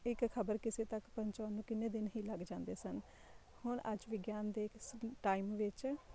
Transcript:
ਇੱਕ ਖ਼ਬਰ ਕਿਸੇ ਤੱਕ ਪਹੁੰਚਾਉਣ ਨੂੰ ਕਿੰਨੇ ਦਿਨ ਹੀ ਲੱਗ ਜਾਂਦੇ ਸਨ ਹੁਣ ਅੱਜ ਵਿਗਿਆਨ ਦੇ ਇਸ ਟਾਈਮ ਵਿੱਚ